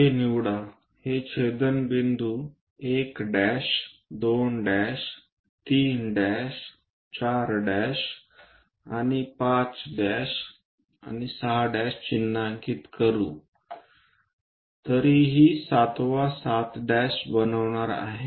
हे निवडा हे छेदनबिंदू 1 2 3 4 आणि 5 आणि 6 चिन्हांकित करू तरीही 7 वां 7 बनवणार आहेत